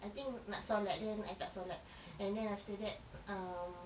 I think nak solat then I tak solat and then after that um